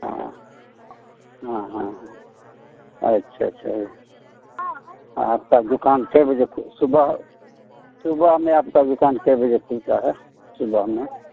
हाँ हाँ हाँ हाँ अच्छा अच्छा ये आपकी दुकान कै बजे सुबह सुबह में आपकी दुकान कै बजे खुलती है सुबह में